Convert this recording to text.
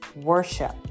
worship